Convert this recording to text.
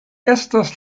estas